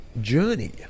journey